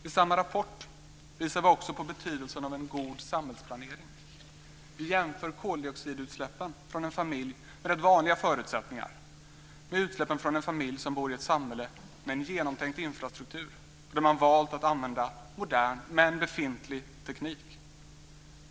I samma rapport visar vi också på betydelsen av en god samhällsplanering. Vi jämför koldioxidutsläppen från en familj med rätt vanliga förutsättningar med utsläppen från en familj som bor i ett samhälle med en genomtänkt infrastruktur och där man har valt att använda modern men befintlig teknik.